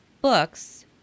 books